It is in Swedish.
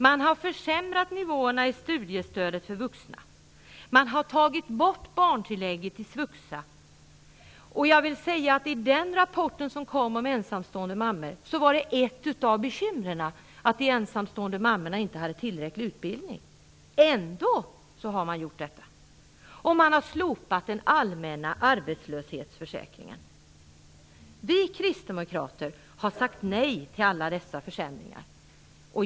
Man har försämrat nivåerna i studiestödet för vuxna. Man har tagit bort barntillägget i svuxa. I den rapport om ensamstående mammor som har kommit var ett av bekymren att de ensamstående mammorna inte hade tillräcklig utbildning. Ändå har man gjort detta, och man har slopat den allmänna arbetslöshetsförsäkringen. Vi kristdemokrater har sagt nej till alla dessa försämringar.